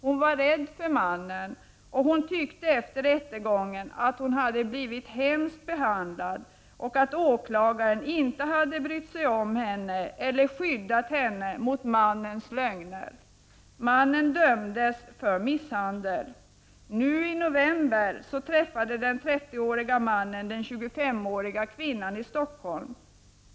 Hon var rädd för mannen. Hon tyckte efter rättegången att hon hade blivit illa behandlad och att åklagaren inte hade brytt sig om henne eller skyddat henne mot mannens lögner. Mannen dömdes för misshandel. Nu i november träffade den 30-årige mannen den 25-åriga kvinnan i Stockholm.